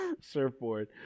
surfboard